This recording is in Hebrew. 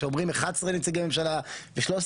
כשאומרים 11 נציגי ממשלה ו-13